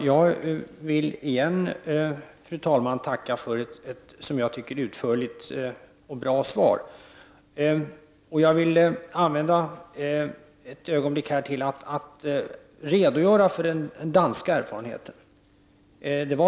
Fru talman! Låt mig återigen tacka för ett utförligt och bra svar. Jag vill använda ett ögonblick för att redogöra för den danska erfarenheten.